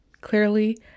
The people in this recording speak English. clearly